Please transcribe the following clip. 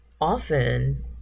Often